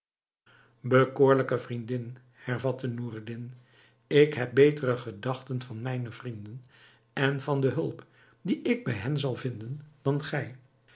bekoorlijke vriendin hervatte noureddin ik heb betere gedachten van mijne vrienden en van de hulp die ik bij hen zal vinden dan gij